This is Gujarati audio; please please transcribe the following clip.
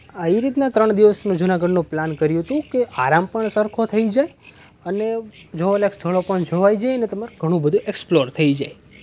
એ રીતના ત્રણ દિવસનો જુનાગઢનો પ્લાન કર્યું હતું કે આરામ પણ સરખો થઈ જાય અને જોવા લાયક સ્થળો પણ જોવાઈ જાઈ અને તમે ઘણું બધું એક્સપ્લોર થઈ જાય